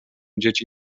dzieci